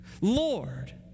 Lord